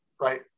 right